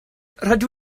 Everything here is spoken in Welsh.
rydw